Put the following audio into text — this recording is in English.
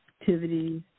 activities